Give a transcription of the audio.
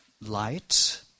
Light